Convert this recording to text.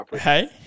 hey